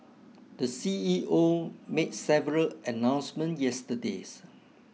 the C E O made several announcement yesterdays